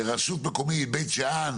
שרשות מקומית בית שאן,